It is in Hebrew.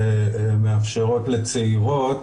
שמאפשרות לצעירות,